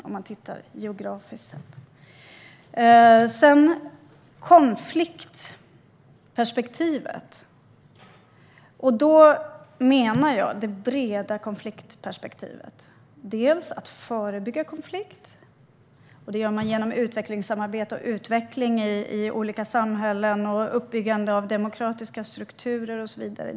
Jag menar det breda konfliktperspektivet. Det handlar om att förebygga konflikt genom utvecklingssamarbete, utveckling i olika samhällen, uppbyggande av demokratiska strukturer och så vidare.